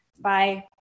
Bye